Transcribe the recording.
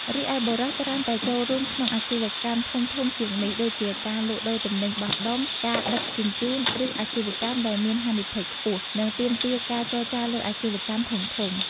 រីឯបុរសច្រើនតែចូលរួមក្នុងអាជីវកម្មធំៗជាងនេះ ដូចជាការលក់ដូរទំនិញបោះដុំ ការដឹកជញ្ជូន ឬអាជីវកម្មដែលមានហានិភ័យខ្ពស់ និងទាមទារការចរចាលើអាជីវកម្មធំៗ។